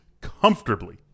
comfortably